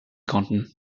konnten